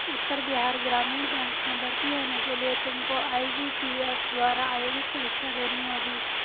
उत्तर बिहार ग्रामीण बैंक में भर्ती होने के लिए तुमको आई.बी.पी.एस द्वारा आयोजित परीक्षा देनी होगी